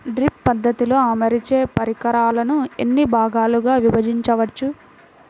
Drip పద్ధతిలో అమర్చే పరికరాలను ఎన్ని భాగాలుగా విభజించవచ్చు?